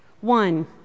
One